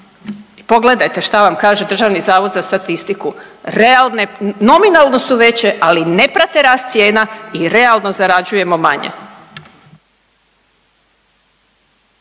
pogledajte šta vam kaže Državni zavod za statistiku. Realne nominalno su veće, ali ne prate rast cijena i realno zarađujemo manje.